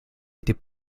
était